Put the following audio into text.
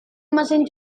mesin